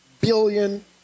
billion